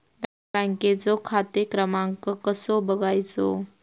बँकेचो खाते क्रमांक कसो बगायचो?